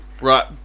right